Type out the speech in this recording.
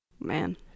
Man